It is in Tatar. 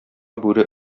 бүре